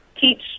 teach